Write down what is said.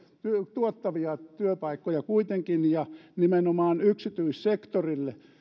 tuottavia työpaikkoja kuitenkin ja nimenomaan yksityissektorilla